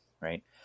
right